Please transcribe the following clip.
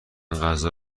غذا